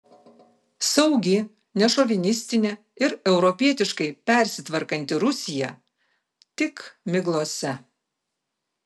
saugi nešovinistinė ir europietiškai persitvarkanti rusija tik miglose